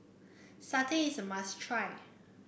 satay is a must try